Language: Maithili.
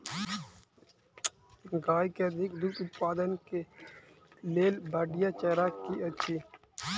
गाय केँ अधिक दुग्ध उत्पादन केँ लेल बढ़िया चारा की अछि?